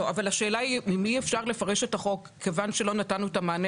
השאלה היא אם אי אפשר לפרש את החוק כיוון שלא נתנו את המענה